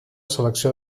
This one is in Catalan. selecció